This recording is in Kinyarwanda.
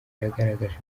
yagaragaje